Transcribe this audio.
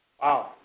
Wow